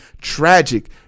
tragic